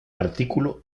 artículo